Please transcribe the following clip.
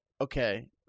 Okay